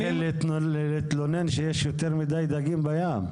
נתחיל להתלונן שיש יותר מידי דגים בים.